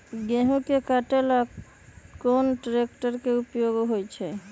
गेंहू के कटे ला कोंन ट्रेक्टर के उपयोग होइ छई?